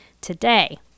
today